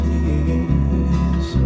years